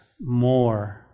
more